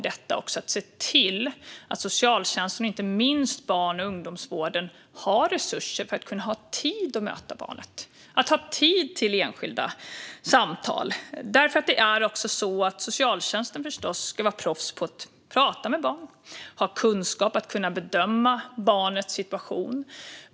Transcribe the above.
Det handlar om att se till att socialtjänsten, och inte minst barn och ungdomsvården, har tillräckligt med resurser för att ha tid att möta barnet. Man ska ha tid till enskilda samtal. Socialtjänsten ska förstås vara proffs på att prata med barn och ha kunskap att bedöma barnets situation.